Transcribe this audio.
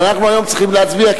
אבל היום אנחנו צריכים להצביע,